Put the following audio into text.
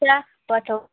पैसा पठाऊ